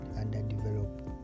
underdeveloped